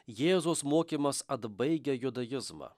jėzaus mokymas atbaigia judaizmą